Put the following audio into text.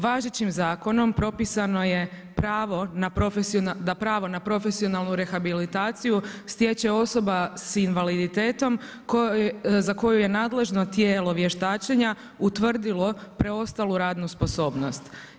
Važećim zakonom, propisano je pravo da profesionalnu rehabilitaciju stječe osoba s invaliditetom, za koju je nadležno tijelo vještačenja, utvrdilo preostalu radnu sposobnost.